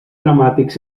dramàtics